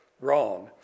wrong